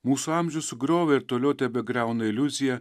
mūsų amžių sugriovė ir toliau tebegriauna iliuzija